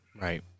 Right